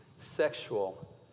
sexual